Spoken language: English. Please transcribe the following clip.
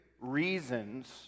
reasons